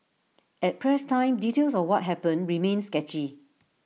at press time details of what happened remained sketchy